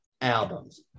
albums